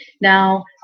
now